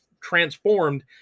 transformed